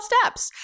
steps